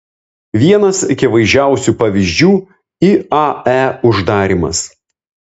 vienas akivaizdžiausių pavyzdžių iae uždarymas